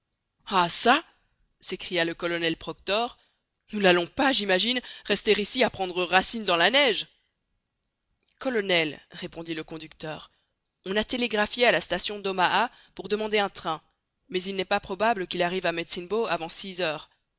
ah çà s'écria le colonel proctor nous n'allons pas j'imagine rester ici à prendre racine dans la neige colonel répondit le conducteur on a télégraphié à la station d'omaha pour demander un train mais il n'est pas probable qu'il arrive à medicine bow avant six heures